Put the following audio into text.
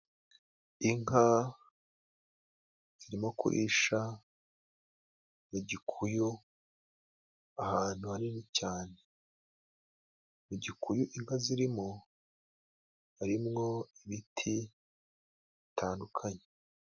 Inka zirimo kurisha igikuyu ahantu hanini cyane，mu gikuye inka zirimo harimwo ibiti bitandukanye.